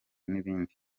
n’ibindi